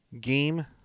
game